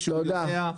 כשהוא יודע --- תודה,